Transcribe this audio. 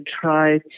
try